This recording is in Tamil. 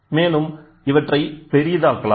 மேலும் இவற்றை பெரிதாக்கலாம்